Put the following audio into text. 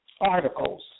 articles